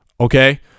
Okay